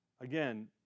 Again